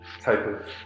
type